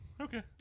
Okay